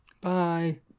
Bye